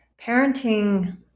parenting